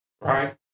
Right